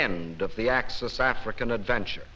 end of the axis african adventure